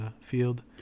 field